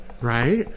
Right